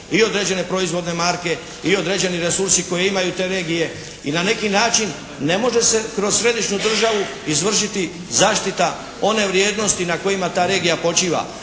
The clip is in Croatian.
i određene proizvodne marke i određeni resursi koje imaju te regije, i na neki način ne može se kroz središnju državu izvršiti zaštita one vrijednosti na kojima ta regija počiva